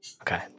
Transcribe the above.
okay